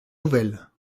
nouvelles